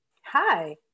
Hi